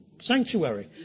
sanctuary